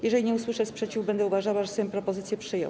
Jeżeli nie usłyszę sprzeciwu, będę uważała, że Sejm propozycję przyjął.